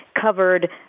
covered